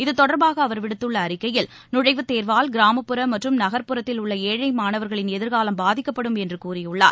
இத்தொடர்பாக அவர் விடுத்துள்ள அறிக்கையில் நுழைவுத் தேர்வால் கிராமப்புற மற்றும் நகர்ப்புறத்தில் உள்ள ஏழை மாணவர்களின் எதிர்காலம் பாதிக்கப்படும் என்று கூறியுள்ளார்